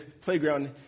playground